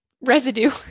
residue